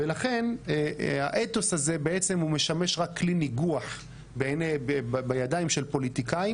ולכן האתוס הזה בעצם משמש רק כלי ניגוח בידיים של פוליטיקאים.